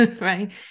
right